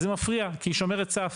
אז זה מפריע כי היא שומרת סף,